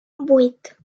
vuit